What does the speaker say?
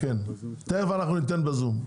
תיכף אנחנו ניתן בזום.